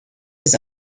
his